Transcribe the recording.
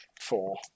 Four